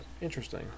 interesting